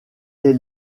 est